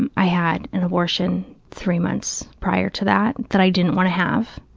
and i had an abortion three months prior to that that i didn't want to have.